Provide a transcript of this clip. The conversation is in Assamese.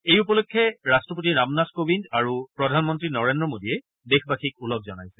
এই উপলক্ষে ৰাষ্টপতি ৰামনাথ কোবিন্দ আৰু প্ৰধানমন্ত্ৰী নৰেড্ৰ মোদীয়ে দেশবাসীক ওলগ জনাইছে